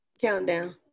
Countdown